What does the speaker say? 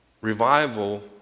Revival